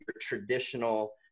traditional